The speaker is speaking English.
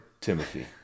Timothy